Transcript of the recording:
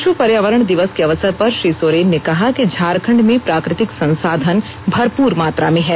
विश्व पर्यावरण दिवस के अवसर पर श्री सोरेन ने कहा कि झारखंड में प्राकृतिक संसाधन भरपूर मात्रा में हैं